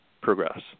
progress